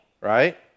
Right